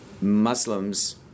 Muslims